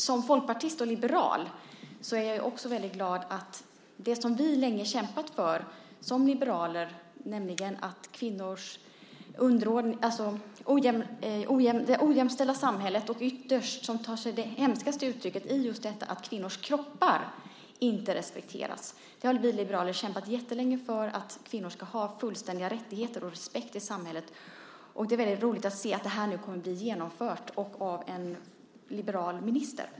Som folkpartist och liberal är jag väldigt glad att det som vi liberaler länge kämpat för, nämligen att kvinnor ska ha fullständiga rättigheter och respekt i samhället, nu kommer att bli genomfört. Ytterst tar det ojämställda samhället sig det hemskaste uttrycket i att kvinnors kroppar inte respekteras. Därför är det roligt att se att frågan tas upp av en liberal minister.